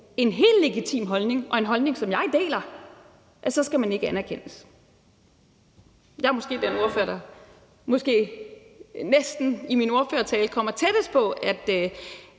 en helt legitim holdning og en holdning, som jeg deler, at så skal man ikke anerkendes. Jeg er måske den ordfører, der i sin ordførertale kommer tættest på